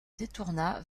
détourna